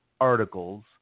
articles